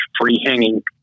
free-hanging